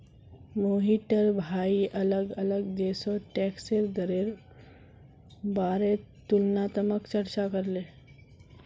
मोहिटर भाई अलग अलग देशोत टैक्सेर दरेर बारेत तुलनात्मक चर्चा करले